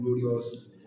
glorious